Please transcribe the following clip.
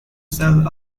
cell